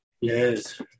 Yes